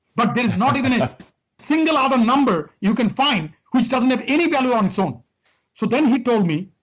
but there is not even a single other number you can find, which doesn't have any value on its own so, then he told me,